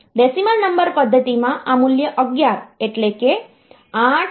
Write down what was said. decimal number પદ્ધતિમાં આ મૂલ્ય 11 એટલે કે 8 વત્તા 2 વત્તા 1 છે